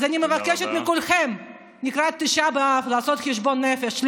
אז אני מבקשת מכולכם לקראת תשעה באב לעשות חשבון נפש.